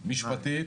משפטית,